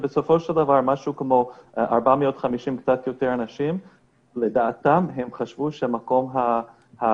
בסופו של דבר קצת יותר מ-450 אנשים חשבו שהמקום שבו